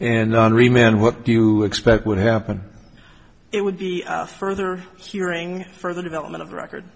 and what do you expect would happen it would be further hearing further development of the record